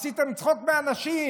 עשיתם צחוק מאנשים.